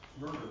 murder